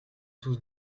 tous